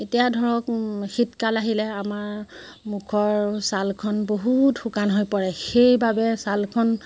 এতিয়া ধৰক শীতকাল আহিলে আমাৰ মুখৰ ছালখন বহুত শুকান হৈ পৰে সেইবাবে ছালখন